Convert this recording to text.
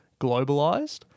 globalized